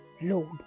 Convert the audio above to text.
Lord